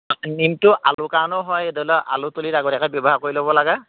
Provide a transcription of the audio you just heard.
নিমটো আলুৰ কাৰণেও হয় ধৰি লওক আলুৰ তলিত আগতীয়াকৈ ব্যৱহাৰ কৰি ল'ব লাগে